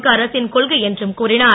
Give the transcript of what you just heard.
க அரசின் கொள்கை என்றும் கூறினார்